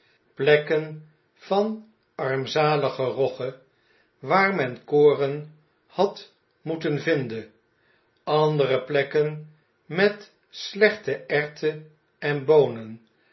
plekken van armzalige rogge waar men koren had moeten vinden andere plekken met slechte erwten en boonen